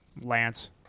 Lance